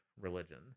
religion